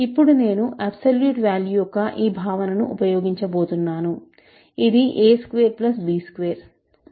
ఇప్పుడు నేను absolute value యొక్క ఈ భావనను ఉపయోగించబోతున్నాను ఇది a2 b2